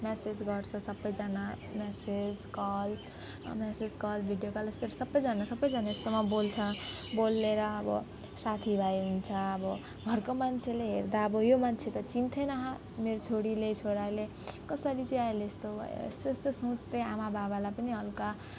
message गर्छ सबैजना message call message call video call यस्तरी सबैजना सबैजना यस्तोमा बोल्छ बोलेर अब साथीभाइ हुन्छ अब घरको मान्छेले हेर्दा अब यो मान्छे त चिन्ने थिएन हो मेरो छोरीले छोराले कसरी चाहिँ अहिले यस्तो भयो यस्तो यस्तो सोच्थे आमाबाबालाई पनि हल्का